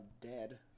dead